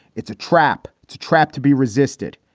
it's a trap to trap, to be resisted.